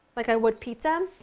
like i would pizza,